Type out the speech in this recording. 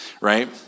right